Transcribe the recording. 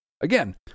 Again